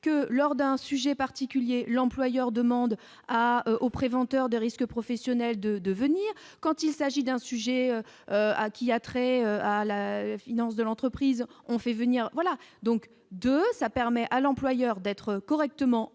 que lors d'un sujet particulier l'employeur demande à aux préventeur de risques professionnels de devenir quand il s'agit d'un sujet à ce qui a trait à la finance, de l'entreprise, on fait venir voilà donc 2 ça permet à l'employeur d'être correctement entouré